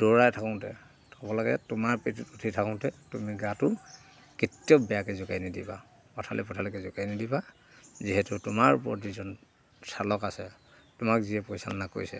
দৌৰাই থাকোঁতে থ'ব লাগে তোমাৰ পিঠিত উঠি থাকোঁতে তুমি গাটো কেতিয়াও বেয়াকে জোকাৰি নিদিবা পথালি পথালিকে জোকাৰি নিদিবা যিহেতু তোমাৰ ওপৰত যিজন চালক আছে তোমাক যিয়ে পৰিচালনা কৰিছে